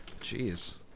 Jeez